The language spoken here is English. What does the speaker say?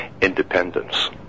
independence